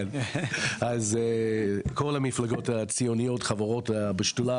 כן, אז כל המפלגות הציוניות חברות בשדולה.